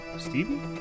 stevie